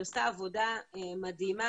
היא עושה עבודה מדהימה.